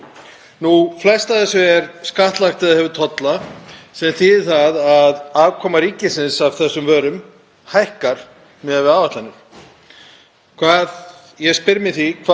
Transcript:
Ég spyr því: Hvað mælir gegn því að lækka tímabundið þessa tolla, vörugjöld og skatta til að jafna út áhrifin? Ríkið tapar jú ekkert á því að gera slíkt.